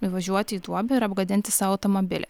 įvažiuoti į duobę ir apgadinti sau automobilį